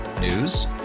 News